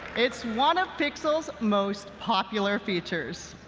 it's one of pixel's most popular features.